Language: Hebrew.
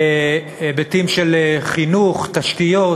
היבטים של חינוך, תשתיות,